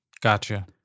Gotcha